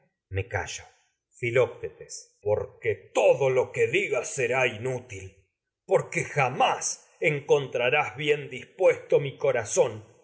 me callo filoctetes porque todo lo que digas será inútil porque jamás con a encontrarás bien dispuesto mi corazón